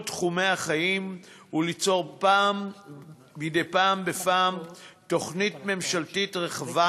תחומי החיים וליצור מדי פעם בפעם תוכנית ממשלתית רחבה,